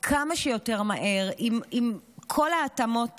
כמה שיותר מהר, עם כל ההתאמות